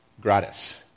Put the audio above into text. gratis